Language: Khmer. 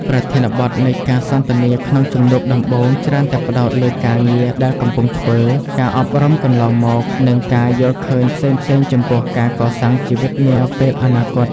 ប្រធានបទនៃការសន្ទនាក្នុងជំនួបដំបូងច្រើនតែផ្ដោតលើការងារដែលកំពុងធ្វើ ការអប់រំកន្លងមក និងការយល់ឃើញផ្សេងៗចំពោះការកសាងជីវិតនាពេលអនាគត។